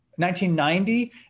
1990